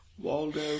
Waldo